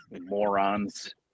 Morons